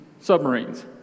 submarines